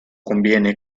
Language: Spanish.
conviene